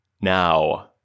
now